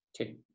Okay